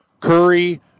Curry